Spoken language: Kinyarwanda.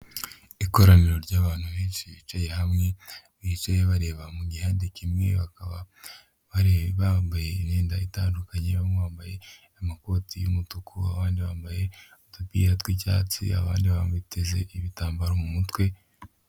Ikoraniro ry'abantu benshi bicaye hamwe bacaye bareba mu gihande kimwe bakaba bambaye imyenda itandukanye, bamwe bambaye amakoti y'umutuku abandi bambaye udupira tw'icyatsi, abandi bateze ibitambaro mu mutwe.